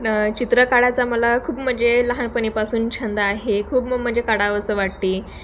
चित्र काढायचा मला खूप म्हणजे लहानपणीपासून छंद आहे खूप म्हणजे काढावेसे वाटते